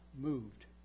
moved